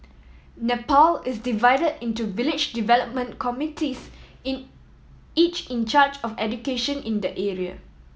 Nepal is divided into village development committees in each in charge of education in the area